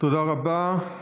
תודה רבה.